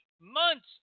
months